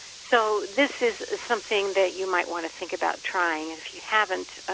so this is is something that you might want to think about trying. and if you haven't,